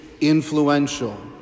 influential